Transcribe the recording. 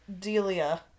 Delia